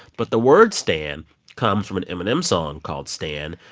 but the word stan comes from an eminem song called stan,